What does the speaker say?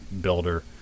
builder